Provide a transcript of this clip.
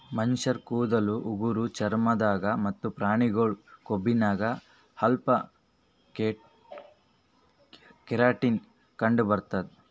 ಮನಶ್ಶರ್ ಕೂದಲ್ ಉಗುರ್ ಚರ್ಮ ದಾಗ್ ಮತ್ತ್ ಪ್ರಾಣಿಗಳ್ ಕೊಂಬಿನಾಗ್ ಅಲ್ಫಾ ಕೆರಾಟಿನ್ ಕಂಡಬರ್ತದ್